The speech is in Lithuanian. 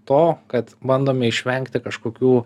to kad bandome išvengti kažkokių